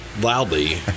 loudly